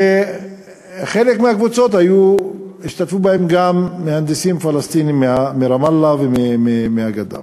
ובחלק מהקבוצות השתתפו גם מהנדסים פלסטינים מרמאללה ומהגדה.